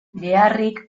beharrik